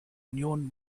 union